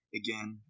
again